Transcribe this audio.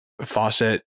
faucet